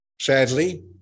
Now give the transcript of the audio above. Sadly